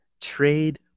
Trade